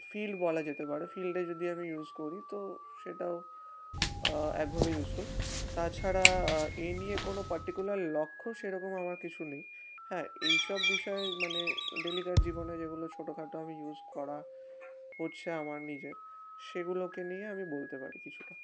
field বলা যেতে পারে ফিল্ডে যদি আমি ইউজ করি তো সেটাও একভাবে ইউসফুল তাছাড়া এই নিয়ে কোনো পার্টিকুলার লক্ষ্য সেরকম আমার কিছু নেই হ্যাঁ এই সব বিষয়ে মানে ডেইলিকার জীবনে যেগুলো ছোটখাটো আমি ইউজ করা হচ্ছে আমার নিজের সেগুলোকে নিয়ে আমি বলতে পারি কিছুটা